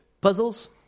puzzles